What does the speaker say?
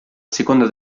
seconda